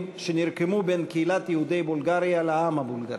שנרקמו בין קהילת יהודי בולגריה לעם הבולגרי.